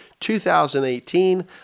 2018